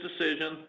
decision